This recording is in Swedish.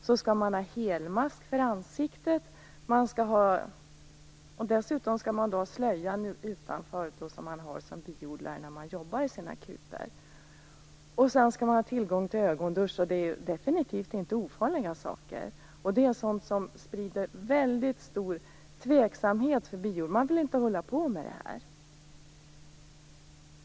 Man skall ha helmask för ansiktet, och dessutom slöjan utanför som biodlare har när de jobbar i sina kupor, och man skall ha tillgång till ögondusch. Det är definitivt inte några ofarliga saker, och det är sådant som sprider en väldigt stor tveksamhet bland biodlarna. Man vill inte hålla på med det här.